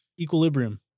Equilibrium